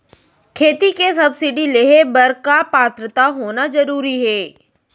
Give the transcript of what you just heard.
खेती के सब्सिडी लेहे बर का पात्रता होना जरूरी हे?